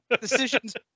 Decisions